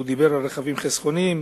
הוא דיבר על רכבים חסכוניים,